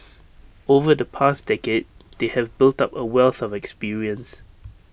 over the past decade they have built up A wealth of experience